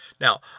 Now